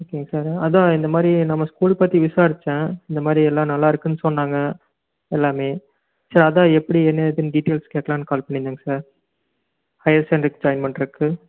ஓகேங்க சார் அதான் இந்த மாதிரி நம்ம ஸ்கூலை பற்றி விசாரித்தேன் இந்த மாதிரி எல்லாம் நல்லா இருக்கும்னு சொன்னாங்க எல்லாமே சரி அதான் எப்படி என்ன ஏதுன்னு டீடெயில்ஸ் கேட்கலாம்னு கால் பண்ணிருந்தேங்க சார் ஹையர் செகண்டரி ஜாயின் பண்ணுறதுக்கு